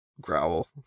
growl